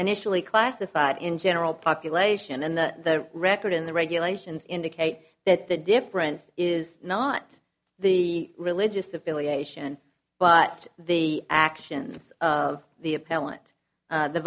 initially classified in general population and the record in the regulations indicate that the difference is not the religious affiliation but the actions of the appe